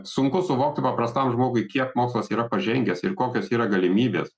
sunku suvokti paprastam žmogui kiek mokslas yra pažengęs ir kokios yra galimybės